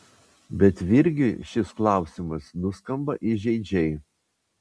bet virgiui šis klausimas nuskamba įžeidžiai